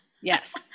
yes